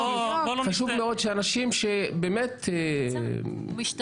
חשוב מאוד שאנשים שמלינים על זה --- מטה